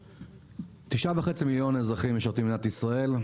9.5 מליון אזרחים במדינת ישראל,